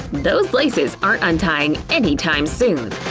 those laces aren't untying anytime soon.